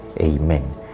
Amen